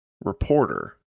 reporter